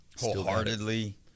Wholeheartedly